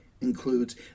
includes